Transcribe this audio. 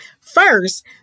first